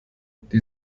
die